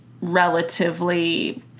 relatively